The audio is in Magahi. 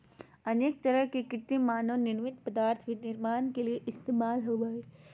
अनेक तरह के कृत्रिम मानव निर्मित पदार्थ भी निर्माण के लिये इस्तेमाल होबो हइ